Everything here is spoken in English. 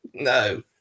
No